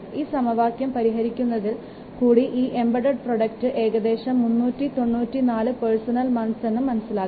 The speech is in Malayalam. ഈ സമവാക്യം പരിഹരിക്കുന്നതിൽ കൂടി ഈ എംബഡ് പ്രോജക്ട് ന് ഏകദേശം 394 പേഴ്സൺ മന്ത്സ് എന്ന് മനസ്സിലാക്കാം